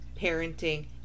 parenting